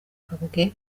byagabwe